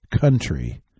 country